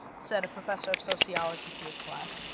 said a professor of sociology to his class,